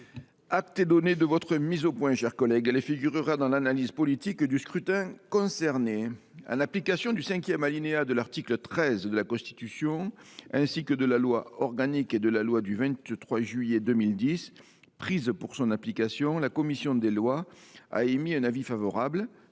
Acte est donné de cette mise au point, ma chère collègue. Elle figurera dans l’analyse politique du scrutin. En application du cinquième alinéa de l’article 13 de la Constitution, ainsi que de la loi organique n° 2010 837 et de la loi n° 2010 838 du 23 juillet 2010 prises pour son application, la commission des lois a émis un avis favorable,